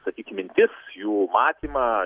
sakykim mintis jų matymą